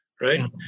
Right